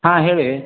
ಹಾಂ ಹೇಳಿ